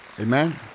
Amen